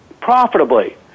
profitably